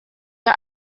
der